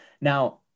Now